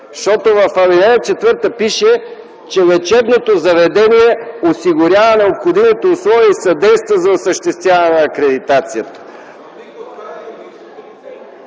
Защото в ал. 4 пише, че лечебното заведение осигурява необходимите условия и съдейства за осъществяване на акредитацията.